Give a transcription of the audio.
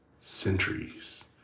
centuries